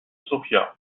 sofia